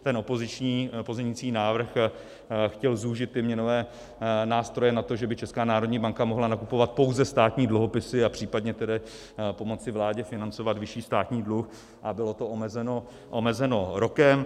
Ten opoziční pozměňovací návrh chtěl zúžit měnové nástroje na to, že by Česká národní banka mohla nakupovat pouze státní dluhopisy a případně tedy pomoci vládě financovat vyšší státní dluh, a bylo to omezeno rokem.